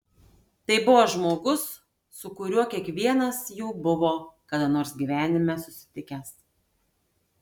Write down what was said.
tai buvo žmogus su kuriuo kiekvienas jų buvo kada nors gyvenime susitikęs